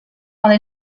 want